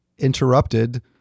Interrupted